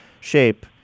shape